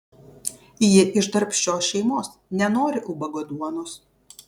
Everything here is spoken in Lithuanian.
ji iš darbščios šeimos nenori ubago duonos